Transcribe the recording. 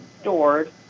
stored